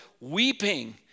weeping